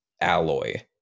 alloy